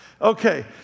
Okay